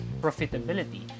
profitability